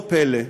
לא פלא,